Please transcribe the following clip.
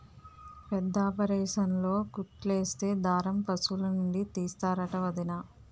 పెద్దాపరేసన్లో కుట్లేసే దారం పశులనుండి తీస్తరంట వొదినా